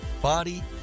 body